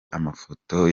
amafoto